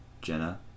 Jenna